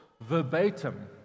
verbatim